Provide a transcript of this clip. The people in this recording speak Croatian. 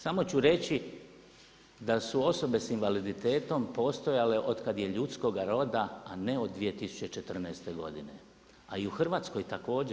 Samo ću reći da su osobe s invaliditetom postojale od kada je ljudskoga roda, a ne od 2014. godine, a i u Hrvatskoj također.